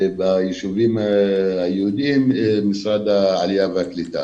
ובישובים היהודים משרד העלייה והקליטה.